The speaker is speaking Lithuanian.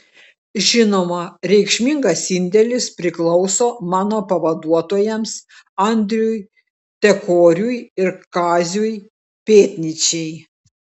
žinoma reikšmingas indėlis priklauso mano pavaduotojams andriui tekoriui ir kaziui pėdnyčiai